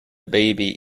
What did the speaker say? baby